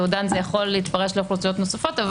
ייעודן יכול להתפרש לאוכלוסיות נוספות,